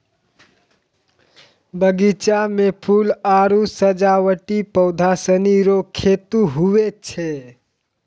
बगीचा मे फूल आरु सजावटी पौधा सनी रो खेती हुवै छै